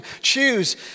choose